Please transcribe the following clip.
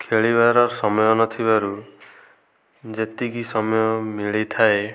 ଖେଳିବାର ସମୟ ନଥିବାରୁ ଯେତିକି ସମୟ ମିଳିଥାଏ